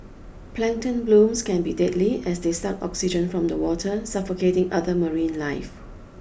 plankton blooms can be deadly as they suck oxygen from the water suffocating other marine life